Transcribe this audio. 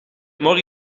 morgen